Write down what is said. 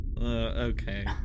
Okay